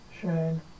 Shane